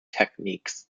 techniques